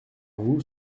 vous